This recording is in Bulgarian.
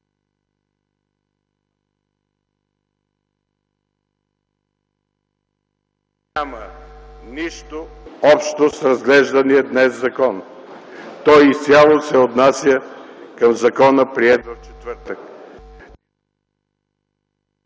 няма нищо общо с разглеждания днес закон. Той изцяло се отнася към закона приет в четвъртък.